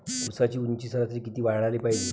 ऊसाची ऊंची सरासरी किती वाढाले पायजे?